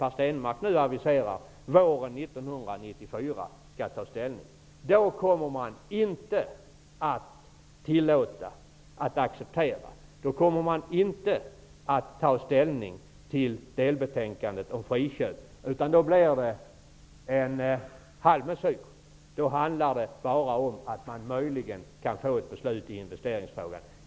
När man äntligen, våren 1994 skall ta ställning, som Per Stenmarck aviserar, kommer det inte att tillåtas ett ställningstagande till delbetänkandet om friköp, utan det blir en halvmesyr. Då kommer det att handla om att det möjligen går att få ett beslut fattat i investeringsfrågan.